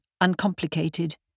uncomplicated